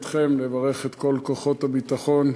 אתכם,